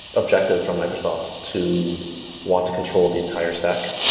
objective from microsoft to want to control the entire stack.